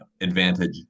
advantage